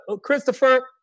Christopher